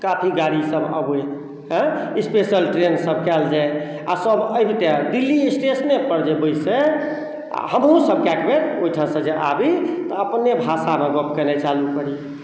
काफी गाड़ी सब अबै स्पेशल ट्रेन सब कयल जाय आ सब अबितै दिल्ली स्टेशने पर जे बैसै आ हमहुँ सब कै बेर ओहिठाम से जे आबी तऽ अपने भाषामे गप केनाइ चालू करी